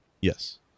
Yes